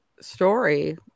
story